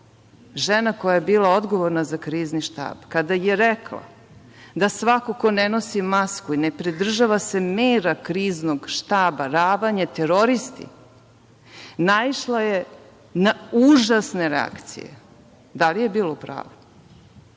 žena koja je bila odgovorna za krizni štab kada je rekla da svako ko ne nosi masku i ko se ne pridržava mera kriznog štaba, ravan je teroristi, naišla je na užasne reakcije. Da li je bila upravu?